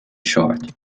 short